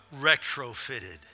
retrofitted